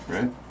Right